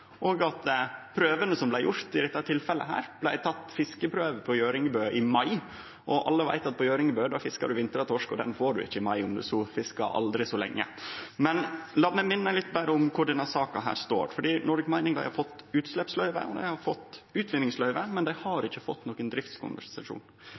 blei i dette tilfellet teke fiskeprøvar på Gjøringebø i mai, og alle veit at ein på Gjøringebø fiskar «vintra-torsk», og han får ein ikkje i mai, om ein så fiskar aldri så lenge. La meg berre minne litt om kvar denne saka står: Nordic Mining har fått utsleppsløyve og utvinningsløyve, men dei har ikkje fått